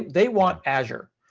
they want azure.